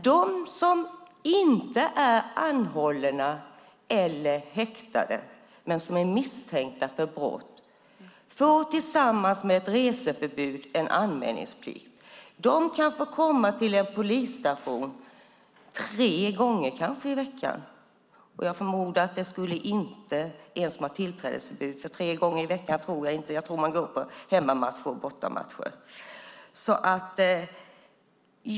De som inte är anhållna eller häktade men som är misstänkta för brott får tillsammans med ett reseförbud anmälningsplikt. De kan få komma till en polisstation kanske tre gånger i veckan. Jag förmodar att en som har tillträdesförbud inte skulle det, för jag tror att man går på hemmamatcher och bortamatcher.